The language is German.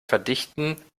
verdichten